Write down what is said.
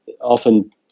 often